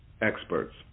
experts